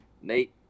Nate